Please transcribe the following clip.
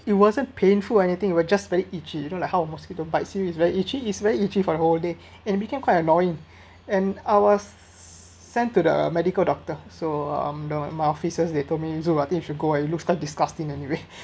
it wasn't painful or anything it was just very itchy you don't like how mosquito bite you is very itchy is very itchy for the whole day and it became quite annoying and I was sent to the medical doctor so I'm my officers they told me I think you should go it looks like disgusting anyway